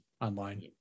online